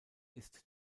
ist